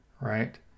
right